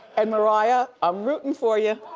and mariah, i'm rootin' for ya.